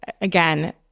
again